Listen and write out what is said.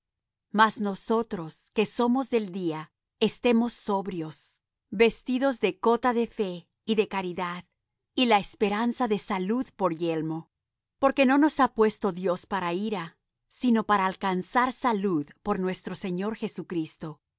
mas nosotros que somos del día estemos sobrios vestidos de cota de fe y de caridad y la esperanza de salud por yelmo porque no nos ha puesto dios para ira sino para alcanzar salud por nuestro señor jesucristo